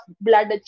blood